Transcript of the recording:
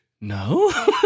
No